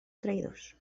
traïdors